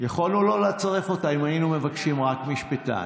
יכולנו לא לצרף אותה אם היינו מבקשים רק משפטן.